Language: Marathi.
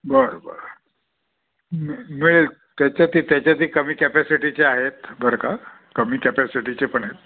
बरं बरं मिळेल त्याच्यातही त्याच्यातही कमी कॅपॅसिटीचे आहेत बर का कमी कॅपॅसिटीचे पण आहेत